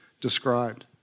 described